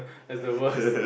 as the worst